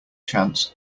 chance